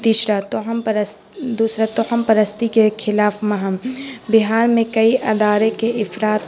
تیسرا توہم پرستی دوسرا توہم پرستی کے خلاف مہم بہار میں کئی ادارے کے افراد